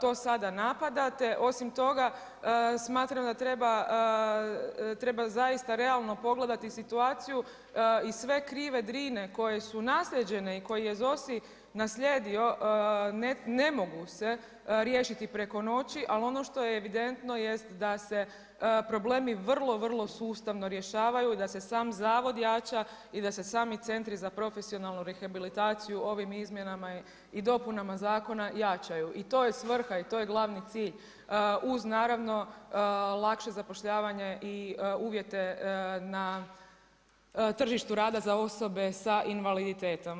to sada napadate, osim toga, smatram da treba zaista realno pogledati situaciju i sve krive drine koje su naslijeđene i koje je ZOSI naslijedio ne mogu se riješiti preko noći, ali ono što je evidentno jest da se problemi vrlo, vrlo sustavno rješavaju i da se zavod jača i da se sami centri za profesionalnu rehabilitaciju ovim izmjenama i dopunama zakona jačaju i to je svrha i to je glavni cilj u z naravno lakše zapošljavanje i uvjete na tržištu rada za osobe sa invaliditetom.